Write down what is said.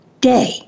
day